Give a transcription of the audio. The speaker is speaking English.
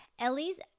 Ellie's